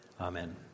Amen